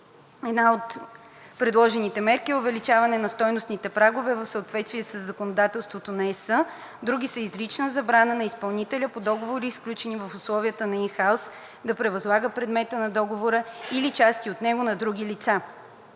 Една от предложените мерки е увеличаване на стойностните прагове в съответствие със законодателството на ЕС. Други са изрична забрана за изпълнителя по договори, сключени в условията на ин хаус, да превъзлага предмета на договора или части от него на други лица;